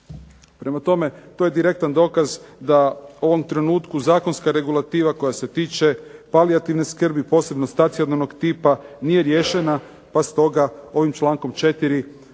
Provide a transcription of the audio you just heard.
Prema tome, to je direktan dokaz da u ovom trenutku zakonska regulativa koja se tiče palijativne skrbi, posebno stacionalnog tipa nije riješena pa stoga ovim člankom 4.